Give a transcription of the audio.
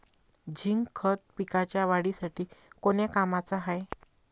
Zinc खत पिकाच्या वाढीसाठी कोन्या कामाचं हाये?